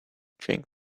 drink